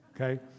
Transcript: okay